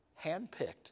handpicked